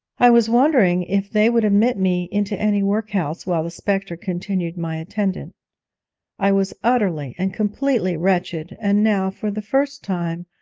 i was wondering if they would admit me into any workhouse while the spectre continued my attendant i was utterly and completely wretched, and now, for the first time,